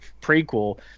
prequel